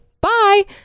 Bye